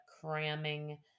cramming